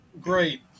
great